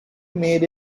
made